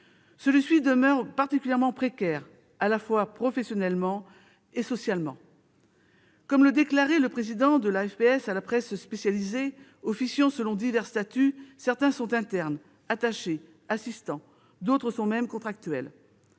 Celui-ci demeure particulièrement précaire, à la fois professionnellement et socialement. Comme le déclarait le président de la FPS à la presse spécialisée, « officiant selon divers statuts, certains sont internes, attachés, assistants, d'autres sont même contractuels